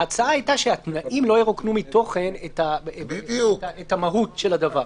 ההצעה הייתה שהתנאים לא ירוקנו מתוכן את המהות של הדבר.